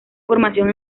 formación